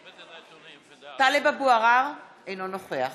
(קוראת בשמות חברי הכנסת) טלב אבו עראר, אינו נוכח